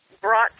brought